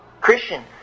Christian